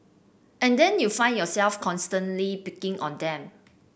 and then you find yourself constantly picking on them